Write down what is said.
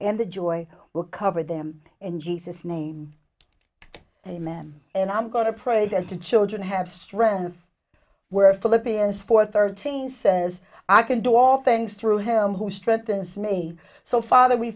and the joy will cover them in jesus name amen and i'm going to pray that the children have strength of where philippians four thirteen says i can do all things through him who strengthens me so father we